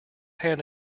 hand